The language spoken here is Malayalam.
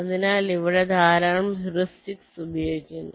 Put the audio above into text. അതിനാൽ ഇവിടെ ധാരാളം ഹ്യൂറിസ്റ്റിക്സ് ഉപയോഗിക്കുന്നു